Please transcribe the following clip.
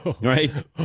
Right